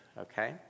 okay